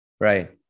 right